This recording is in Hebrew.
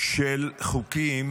של חוקים